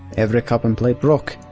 every cup and plate broke,